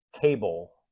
cable